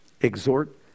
exhort